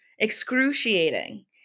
excruciating